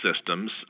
systems